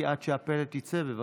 כי עד שהפלט יצא, בבקשה.